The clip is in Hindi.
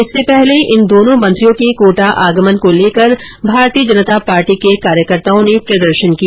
इससे पहले इन दोनों मंत्रियों के कोटा आगमन को लेकर भारतीय जनता पार्टी के कार्यकर्ताओ ने प्रदर्शन किया